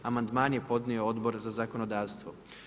Amandman je podnio Odbor za zakonodavstvo.